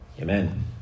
Amen